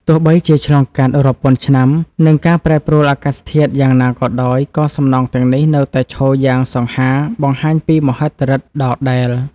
ទោះបីជាឆ្លងកាត់រាប់ពាន់ឆ្នាំ និងការប្រែប្រួលអាកាសធាតុយ៉ាងណាក៏ដោយ ក៏សំណង់ទាំងនេះនៅតែឈរយ៉ាងសង្ហាបង្ហាញពីមហិទ្ធិឫទ្ធិដ៏ដែល។